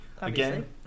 Again